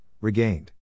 regained